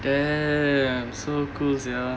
damn so close ya